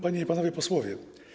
Panie i Panowie Posłowie!